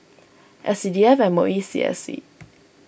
S C D F M O E C S C